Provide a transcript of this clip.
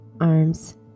arms